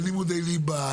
אין לימודי ליבה,